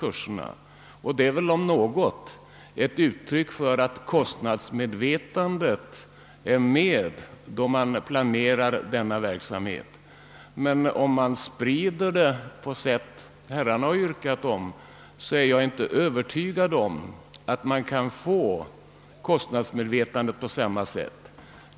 Detta är väl om något ett uttryck för att kostnadsmedvetandet är med då man planerar denna verksamhet. Om man sprider verksamheten på det sätt herrarna yrkat på, är jag inte övertygad om att man kan få in ett kostnadsmedvetande på samma sätt.